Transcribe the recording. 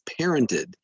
parented